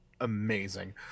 amazing